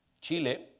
Chile